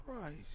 Christ